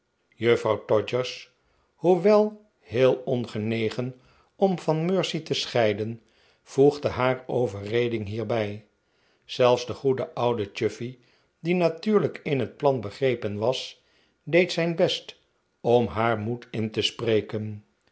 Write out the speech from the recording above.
juffrouw todgers hoewel heel ongenegen om van mercy te scheiden voegde haar overreding hierbij zelfs de goede oude chuffey die natuurlijk in het plan begrepen was deed zijn best om haar moed in te spreken